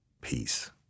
Peace